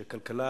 שכלכלה,